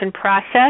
process